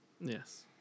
Yes